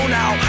now